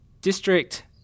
district